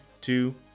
two